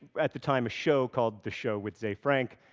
at the time, a show called the show with ze frank,